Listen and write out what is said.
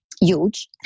Huge